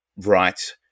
right